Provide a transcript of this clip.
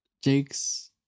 Jake's